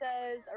says